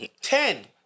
Ten